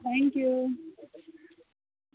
thank you